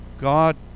God